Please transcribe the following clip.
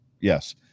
Yes